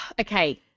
Okay